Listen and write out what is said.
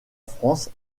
france